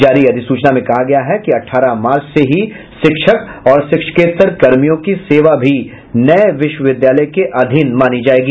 जारी अधिसूचना में कहा गया है कि अठारह मार्च से ही शिक्षक और शिक्षेकत्तर कर्मियों की सेवा भी नए विश्वविद्यालय के अधीन मानी जायेगी